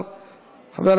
פה,